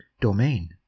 domain